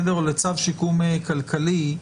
לצו שיקום כלכלי,